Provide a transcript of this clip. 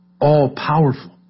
all-powerful